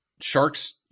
sharks –